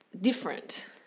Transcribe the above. different